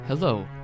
Hello